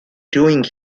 doing